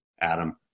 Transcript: Adam